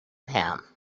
him